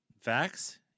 Facts